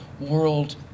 world